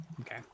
Okay